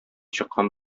чыккан